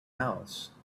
house